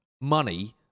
money